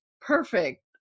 perfect